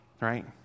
right